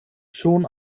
schon